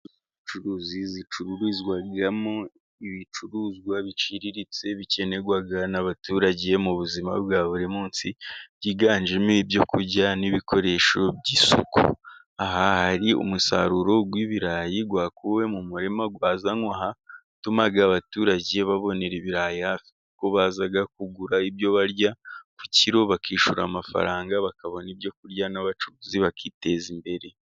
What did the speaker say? Inzu z'ubucuruzi zicururizwamo ibicuruzwa biciriritse, bikenerwa n'abaturage mu buzima bwa buri munsi, byiganjemo ibyo kurya n'ibikoresho by'isuku, aha hari umusaruro w'ibirayi wakuwe mu murima wazanwe aha utuma abaturage babonera ibirayi hafi kuko baza kugura ibyo barya ku kilo, bakishyura amafaranga bakabona ibyo kurya n'abacuruzi bakiteza imbere.